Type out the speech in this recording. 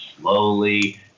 slowly